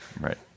Right